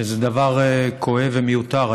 שזה דבר כואב ומיותר.